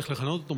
איך לכנות אותו,